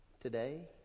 today